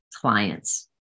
clients